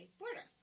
border